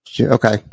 Okay